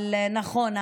נכון,